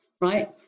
right